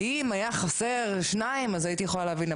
אם היו חסרים שניים אז הייתי יכולה להבין,